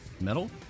Metal